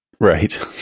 right